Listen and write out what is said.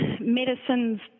medicine's